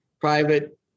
private